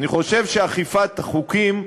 אני חושב שאכיפת חוקים,